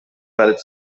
valid